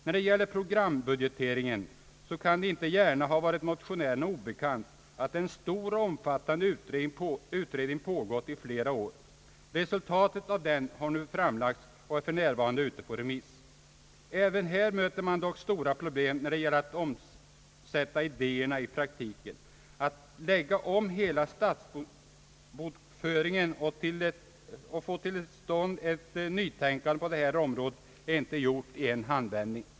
När det gäller programbudgeteringen så kan det inte gärna ha varit motionärerna obekant att en stor och omfattande utredning pågått i flera år. Resultatet av den har nu framlagts och är f. n. ute på remiss. Även här möter man dock stora problem när det gäller att omsätta idéerna i praktiken. Att lägga om hela statsbokföringen och få till stånd ett nytänkande på detta område är inte gjort i en handvändning.